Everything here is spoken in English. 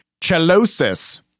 Chelosis